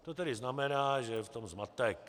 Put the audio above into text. To tedy znamená, že je v tom zmatek.